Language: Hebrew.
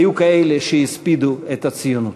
היו כאלה שהספידו את הציונות.